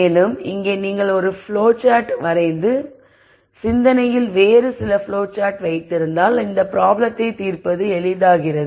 மேலும் இங்கே நீங்கள் ஒரு ப்ளோ சார்ட் வரைந்து மற்றும் சிந்தனையில் வேறு சில ப்ளோ சார்ட் வைத்திருந்தால் இந்த ப்ராப்ளத்தை தீர்ப்பது எளிதாகிறது